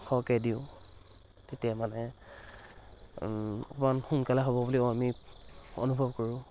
সৰহকৈ দিওঁ তেতিয়া মানে অকণমান সোনকালে হ'ব বুলিও আমি অনুভৱ কৰোঁ